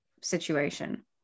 situation